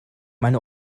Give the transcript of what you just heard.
meine